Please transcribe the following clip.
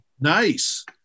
nice